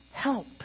help